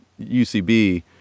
UCB